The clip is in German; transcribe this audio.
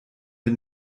wir